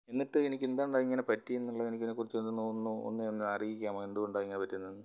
എന്നിട്ട് എനിക്ക് എന്തോണ്ടാ ഇങ്ങനെ പറ്റിയെന്നുള്ളത് എനിക്ക് ഇതിനെ കുറച്ച് ഒന്ന് ഒന്ന് ഒന്ന് അറിയിക്കാമോ എന്തുകൊണ്ടാണ് ഇങ്ങനെ പറ്റുന്നതെന്ന്